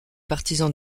partisans